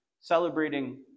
celebrating